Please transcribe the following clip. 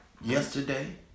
Yesterday